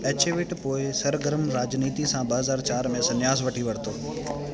एचेविट पोए सरगर्म राजनीति सां ॿ हज़ार चारि में सन्यास वठी वरितो